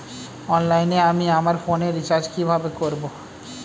অনলাইনে আমি আমার ফোনে রিচার্জ কিভাবে করব?